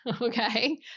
okay